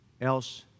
else